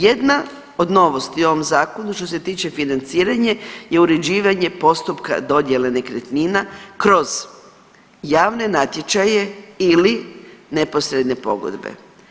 Jedna od novosti u ovom zakonu što se tiče financiranja je uređivanje postupka dodjele nekretnina kroz javne natječaje ili neposredne pogodbe.